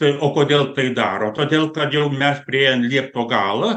tai o kodėl tai daro todėl kad jau mes priėjom liepto galą